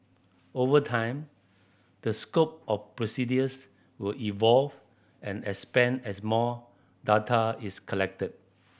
over time the scope of procedures will evolve and expand as more data is collected